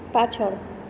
પાછળ